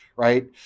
right